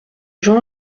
jean